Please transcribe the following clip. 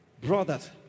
brothers